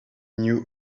knew